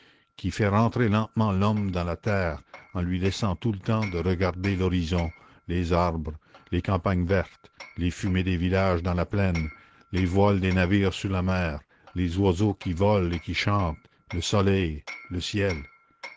qui fait rentrer lentement l'homme dans la terre en lui laissant tout le temps de regarder l'horizon les arbres les campagnes vertes les fumées des villages dans la plaine les voiles des navires sur la mer les oiseaux qui volent et qui chantent le soleil le ciel